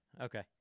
Okay